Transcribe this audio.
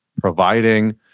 providing